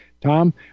Tom